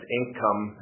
income